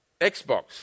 Xbox